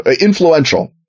influential